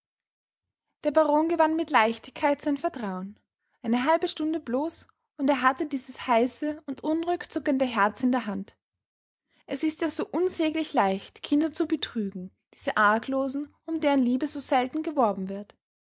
der baron gewann mit leichtigkeit sein vertrauen eine halbe stunde bloß und er hatte dieses heiße und unruhig zuckende herz in der hand es ist ja so unsäglich leicht kinder zu betrügen diese arglosen um deren liebe so selten geworben wird